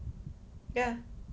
ya